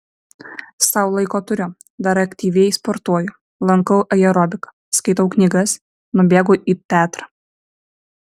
sau laiko turiu dar aktyviai sportuoju lankau aerobiką skaitau knygas nubėgu į teatrą